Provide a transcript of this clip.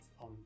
on